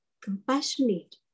compassionate